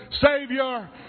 Savior